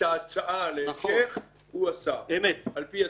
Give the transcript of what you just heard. את ההצעה להמשך זה השר על פי הצעתך.